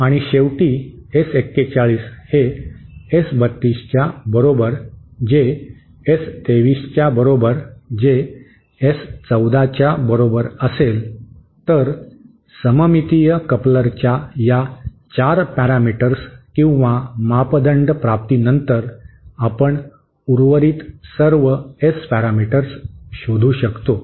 आणि शेवटी एस 41 हे एस 32 च्या बरोबर जे एस 23 च्या बरोबर जे एस 14 च्या बरोबर असेल तर सममितीय कपलरच्या या 4 पॅ पॅरामीटर्स किंवा मापदंड प्राप्तीनंतर आपण उर्वरित सर्व एस पॅरामीटर्स शोधू शकतो